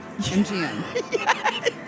MGM